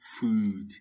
food